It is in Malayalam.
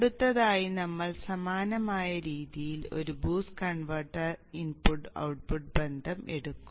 അടുത്തതായി നമ്മൾ സമാനമായ രീതിയിൽ ഒരു ബൂസ്റ്റ് കൺവെർട്ടറിന്റെ ഇൻപുട്ട് ഔട്ട്പുട്ട് ബന്ധം എടുക്കും